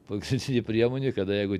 pagrindinė priemonė kada jeigu